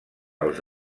alts